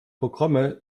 programme